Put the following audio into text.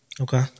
Okay